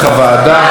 נא להצביע.